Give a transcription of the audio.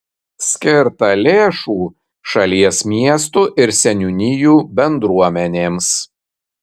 skirta lėšų šalies miestų ir seniūnijų bendruomenėms